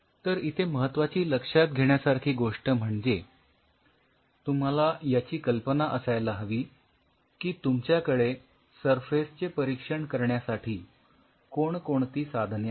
तर इथे महत्वाची लक्षात घेण्यासारखी गोष्ट म्हणजे तुम्हाला याची कल्पना असायला हवी की तुमच्याकडे सरफेस चे परीक्षण करण्यासाठी कोणकोणती साधने आहेत